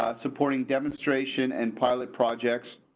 supporting demonstration and pilot projects.